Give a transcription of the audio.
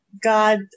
God